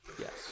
Yes